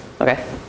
okay